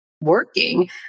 working